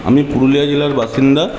আমি পুরুলিয়া জেলার বাসিন্দা